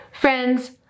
Friends